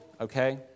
Okay